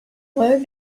where